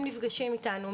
הם נפגשים איתנו,